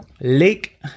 lake